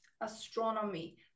astronomy